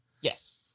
Yes